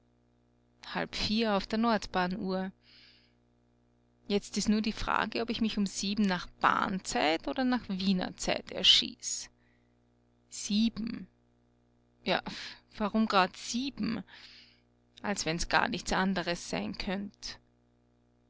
halb vier auf der nordbahnuhr jetzt ist nur die frage ob ich mich um sieben nach bahnzeit oder nach wiener zeit erschieß sieben ja warum grad sieben als wenn's gar nicht anders sein könnt